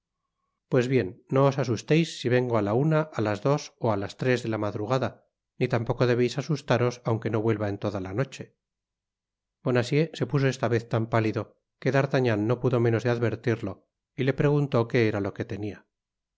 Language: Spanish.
pues bien no os asusteis si vengo á la una á las dos ó á las tres de la madrugada ni tampoco debeis asustaros aunque no vuelva en toda la noche bonacieux se puso esta vez tan pálido que d'artagnan no pudo menos de advertirlo y le preguntó qué era lo que tenia